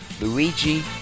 Luigi